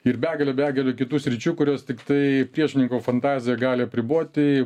ir begalė begalė kitų sričių kurias tiktai priešininko fantazija gali apriboti